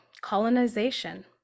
colonization